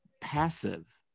passive